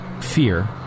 fear